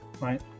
right